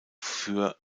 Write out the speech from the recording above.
für